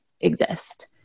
exist